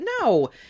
no